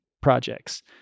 projects